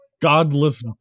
godless